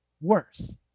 worse